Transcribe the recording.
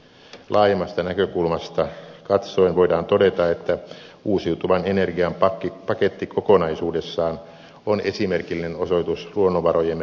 laajemmasta näkökulmasta katsoen voidaan todeta että uusiutuvan energian paketti kokonaisuudessaan on esimerkillinen osoitus luonnonvarojemme kestävästä käytöstä